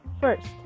First